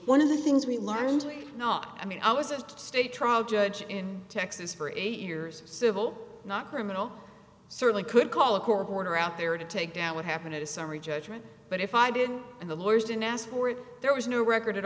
one of the things we learned i mean i was a state trial judge in texas for eight years civil not criminal certainly could call a court order out there to take out what happened in a summary judgment but if i didn't and the lawyers didn't ask for it there was no record at